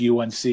UNC